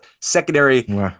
secondary